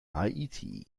haiti